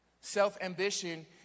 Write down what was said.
Self-ambition